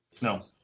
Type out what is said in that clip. No